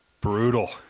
Brutal